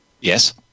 Yes